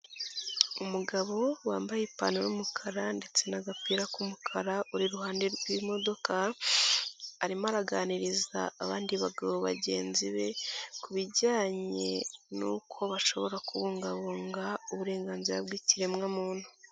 Umugabo wambaye ipantaro y'umukara ndetse n'agapira k'umukara uri iruhande rw'imodoka arimo araganiriza abandi bagabo bagenzi be kujyanye n'uko bashobora kubungabunga uburenganzira bw'ikiremwamuntu.